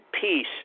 peace